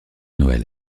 noël